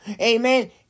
amen